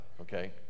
okay